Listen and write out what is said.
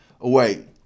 away